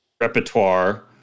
repertoire